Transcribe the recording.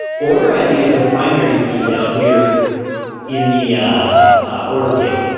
order id is a primary key down here in the order table,